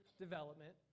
development